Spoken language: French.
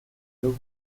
d’une